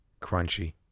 Crunchy